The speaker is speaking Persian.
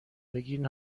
بگید